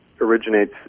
originates